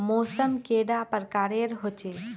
मौसम कैडा प्रकारेर होचे?